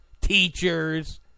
teachers